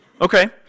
Okay